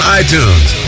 iTunes